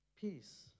peace